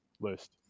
list